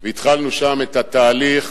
והתחלנו שם את התהליך